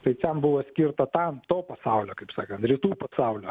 tai ten buvo atskirta tam to pasaulio kaip sakant rytų pasaulio